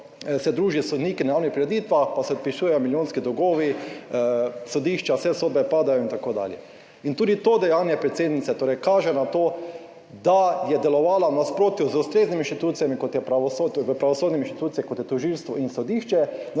se druži s sodniki na javnih prireditvah, pa se odpisujejo milijonski dolgovi, sodišča, vse sodbe padajo in tako dalje in tudi to dejanje predsednice torej kaže na to, da je delovala v nasprotju z ustreznimi inštitucijami kot je pravosodje, v pravosodnih inštitucijah kot je tožilstvo in sodišče,